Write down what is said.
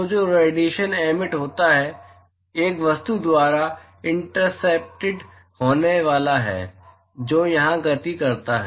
तो जो radiation emit होता है वह एक वस्तु द्वारा इंटरसेप्टेड होने वाला है जो यहाँ गति करता है